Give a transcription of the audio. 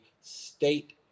state